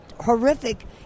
horrific